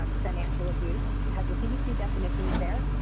um financial abuse. it has the cdc definitions there.